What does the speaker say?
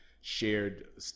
shared